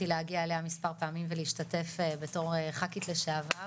להגיע אליה מספר פעמים ולהשתתף בתור חכי"ת לשעבר